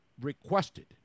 requested